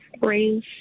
raise